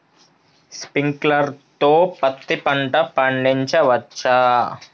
Sprinkler తో పత్తి పంట పండించవచ్చా?